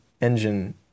engine